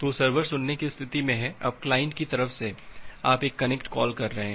तो सर्वर सुनने की स्थिति में है अब क्लाइंट की तरफ से आप एक कनेक्ट कॉल कर रहे हैं